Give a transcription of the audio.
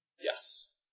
Yes